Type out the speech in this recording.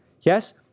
Yes